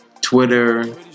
Twitter